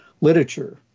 literature